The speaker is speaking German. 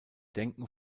denken